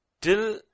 till